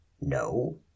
No